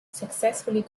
successfully